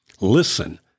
Listen